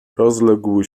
rozległ